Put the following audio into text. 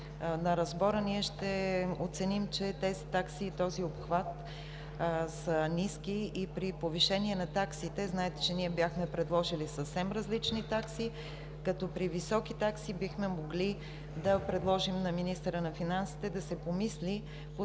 месец юни ние ще оценим, че тези такси и този обхват са ниски и при повишение на таксите, знаете, че ние бяхме предложили съвсем различни такси, при високи такси бихме могли да предложим на министъра на финансите да се помисли по